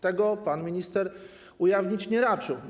Tego pan minister ujawnić nie raczył.